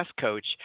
coach